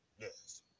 Yes